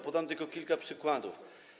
Podam tylko kilka przykładów.